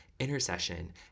intercession